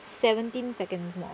seventeen seconds more